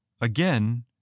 Again